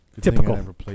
Typical